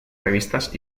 revistas